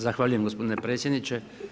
Zahvaljujem gospodine predsjedniče.